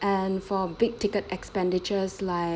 and for big ticket expenditures like